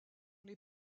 les